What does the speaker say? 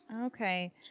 okay